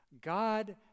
God